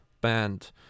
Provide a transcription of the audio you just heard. band